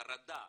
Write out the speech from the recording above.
חרדה,